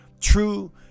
true